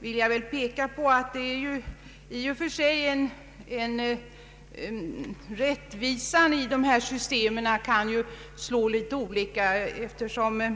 Jag vill peka på att sådana system kan vara mer eller mindre rättvisa. Eftersom